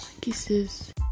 Kisses